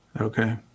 Okay